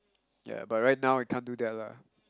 ya but right now I can't do that lah